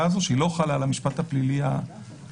הזאת שלא חלה על המשפט הפלילי המובהק.